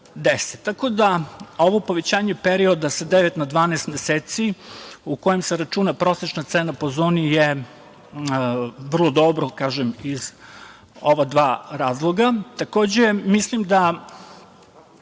tako da ovo povećanje perioda sa devet na 12 meseci u kojem se računa prosečna cena po zoni je vrlo dobro, iz ova dva razloga. Takođe, mislim da